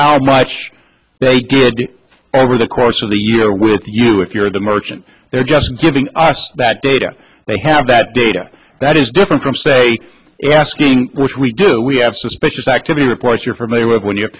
how much they do over the course of the year with you if you're the merchant they're just getting that data they have that data that is different from say asking which we do we have suspicious activity reports you're familiar with when you